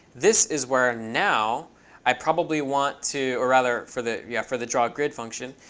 this is where now i probably want to or rather, for the yeah for the drawgrid function,